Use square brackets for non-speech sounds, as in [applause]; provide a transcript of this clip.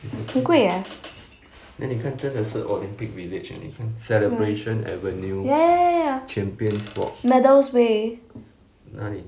很贵 eh [noise] ya ya ya ya medal's way